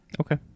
okay